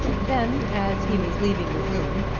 then, as he was leaving the room,